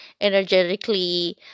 energetically